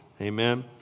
Amen